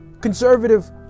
conservative